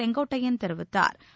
செங்கோட்டையன் தெரிவித்தாா்